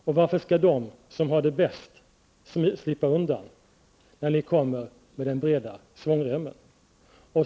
Och varför skall de som har det bäst slippa undan, när ni kommer med den breda svångremmen?